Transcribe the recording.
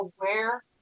aware